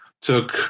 took